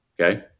Okay